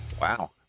wow